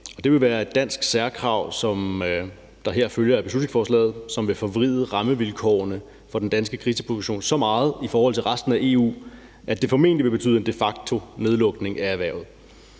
Det vil være et dansk særkrav, der her følger af beslutningsforslaget, som vil forvride rammevilkårene for den danske griseproduktion så meget i forhold til resten af EU, at det formentlig vil betyde en de facto-nedlukning af erhvervet.